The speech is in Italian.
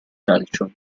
calcio